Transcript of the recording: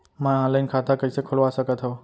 मैं ऑनलाइन खाता कइसे खुलवा सकत हव?